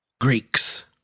Greeks